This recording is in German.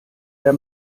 der